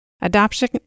Adoption